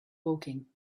woking